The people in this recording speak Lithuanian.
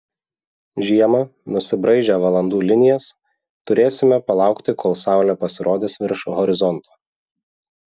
žiemą nusibraižę valandų linijas turėsime palaukti kol saulė pasirodys virš horizonto